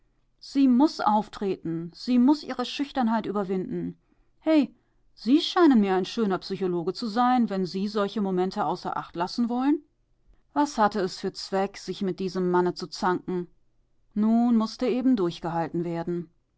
sie muß auftreten sie muß ihre schüchternheit überwinden he sie scheinen mir ein schöner psychologe zu sein wenn sie solche momente außer acht lassen wollen was hatte es für zweck sich mit diesem manne zu zanken nun mußte eben durchgehalten werden